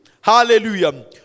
Hallelujah